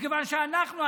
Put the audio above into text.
מכיוון שאנחנו,